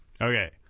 Okay